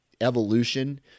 evolution